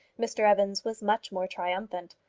mr evans was much more triumphant.